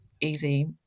easy